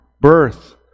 birth